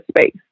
space